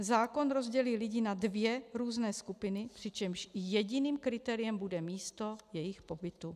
Zákon rozdělí lidi na dvě různé skupiny, přičemž jediným kritériem bude místo jejich pobytu.